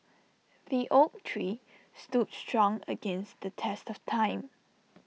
the oak tree stood strong against the test of time